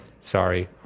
Sorry